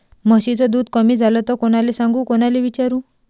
म्हशीचं दूध कमी झालं त कोनाले सांगू कोनाले विचारू?